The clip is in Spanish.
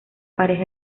pareja